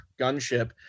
gunship